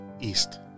East